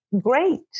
great